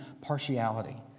partiality